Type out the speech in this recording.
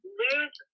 lose